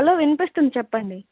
hello వినిపిస్తుంది చెప్పండి